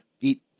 Eat